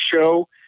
show